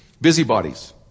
Busybodies